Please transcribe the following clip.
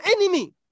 enemy